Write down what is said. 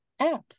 apps